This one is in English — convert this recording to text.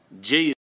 Jesus